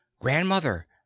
Grandmother